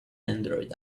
android